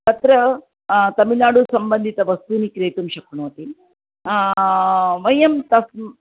तत्र तमिळ्नाडुसम्बन्धितवस्तूनि क्रेतुं शक्नोति वयं तस्